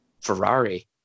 Ferrari